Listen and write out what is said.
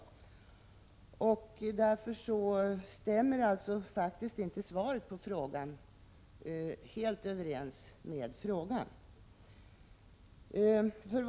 Mot den bakgrunden står faktiskt svaret på frågan inte helt i överensstämmelse med vad jag avsåg med frågan.